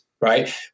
Right